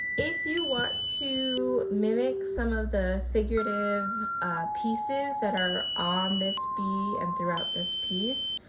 if you want to mimic some of the figurative pieces that are on this b and throughout this piece,